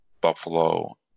Buffalo